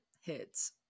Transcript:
hits